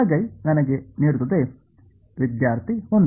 ಬಲಗೈ ನನಗೆ ನೀಡುತ್ತದೆ ವಿದ್ಯಾರ್ಥಿ 1